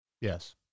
Yes